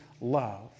love